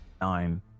Nine